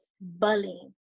bullying